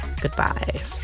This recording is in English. goodbye